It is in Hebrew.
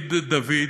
שרית דוד,